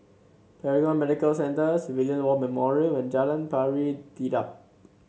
Paragon Medical Centre Civilian War Memorial and Jalan Pari Dedap